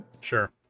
sure